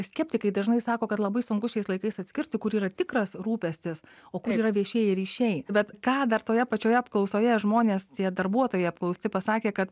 skeptikai dažnai sako kad labai sunku šiais laikais atskirti kur yra tikras rūpestis o kur yra viešieji ryšiai bet ką dar toje pačioje apklausoje žmonės tie darbuotojai apklausti pasakė kad